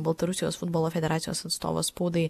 baltarusijos futbolo federacijos atstovas spaudai